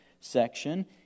section